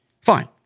Fine